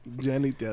Jenny